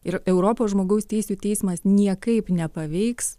ir europos žmogaus teisių teismas niekaip nepaveiks